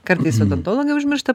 kartais odontologai užmiršta